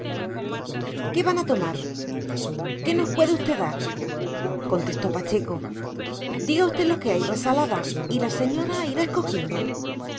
qué van a tomar qué nos puede usted dar contestó pacheco diga usted lo que hay resalada y la señora irá escogiendo